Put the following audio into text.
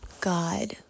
God